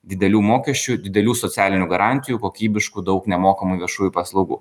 didelių mokesčių didelių socialinių garantijų kokybiškų daug nemokamų viešųjų paslaugų